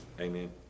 Amen